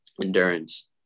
endurance